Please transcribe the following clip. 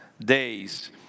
days